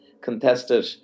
contested